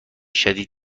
شدید